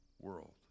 world